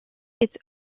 its